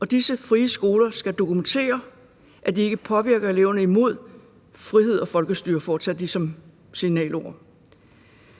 og disse frie skoler skal dokumentere, at de ikke påvirker eleverne imod frihed og folkestyre; de ord er fortsat ligesom signalord.